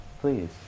Please